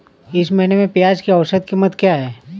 इस महीने में प्याज की औसत कीमत क्या है?